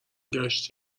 ﮔﺸﺘﯿﻢ